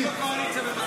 אל תתערבי לי בקואליציה,